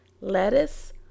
lettuce